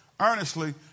Earnestly